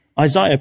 Isaiah